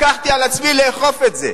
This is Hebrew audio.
לקחתי על עצמי לאכוף את זה,